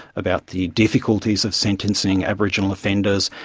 about the difficulties of sentencing aboriginal offenders,